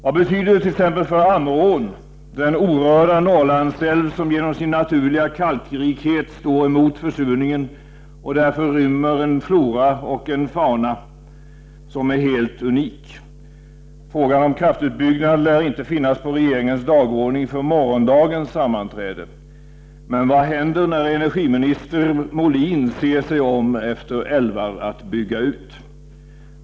Vad betyder det t.ex. för Ammerån — den orörda Norrlandsälv som genom sin naturliga kalkrikhet står emot försurningen och därför rymmer en flora och fauna som är helt unik. Frågan om kraftutbyggnad lär inte finnas på regeringens dagordning för morgondagens sammanträde. Men vad händer när energiminister Molin ser sig om efter älvar att bygga ut?